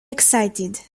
excited